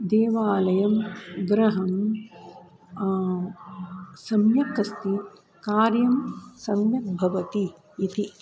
देवालयं गृहं सम्यक् अस्ति कार्यं सम्यक् भवति इति